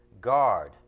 Guard